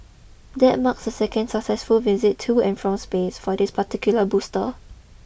that marks a second successful visit to and from space for this particular booster